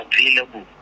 available